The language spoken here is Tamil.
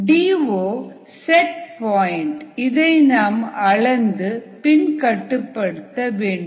டி ஓ செட் பாயிண்ட் இதை நாம் அளந்து பின் கட்டுப்படுத்த வேண்டும்